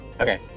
okay